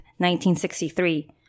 1963